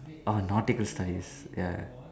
orh nautical studies ya